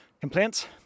complaints